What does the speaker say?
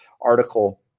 article